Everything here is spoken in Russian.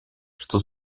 что